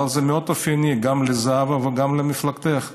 אבל זה מאוד אופייני גם לזהבה וגם למפלגתך.